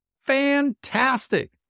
Fantastic